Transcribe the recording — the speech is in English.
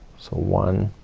so one,